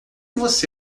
você